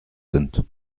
sind